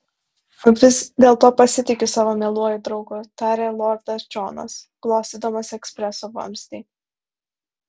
o vis dėlto pasitikiu savo mieluoju draugu tarė lordas džonas glostydamas ekspreso vamzdį